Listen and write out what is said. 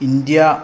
India